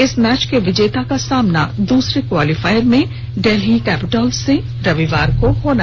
इस मैच के विजेता का सामना दूसरे क्वालिफायर में डेल्ही कैपिटल्स से रविवार को होगा